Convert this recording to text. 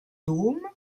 dôme